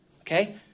okay